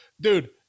dude